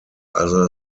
other